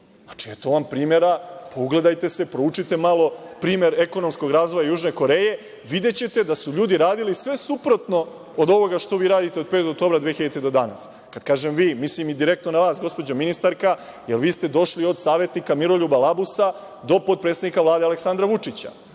tome. Eto vam primera, pa se ugledajte, proučite malo primer ekonomskog razvoja Južne Koreje. Videćete da su ljudi radili sve suprotno od ovoga što radi od 5. oktobra 2000. godine do danas. Kada kažem vi, mislim i direktno na vas gospođo ministarka, jer vi ste došli od savetnika Miroljuba Labusa do potpredsednika Vlade Aleksandra Vučića. Dakle